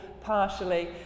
partially